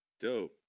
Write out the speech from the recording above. dope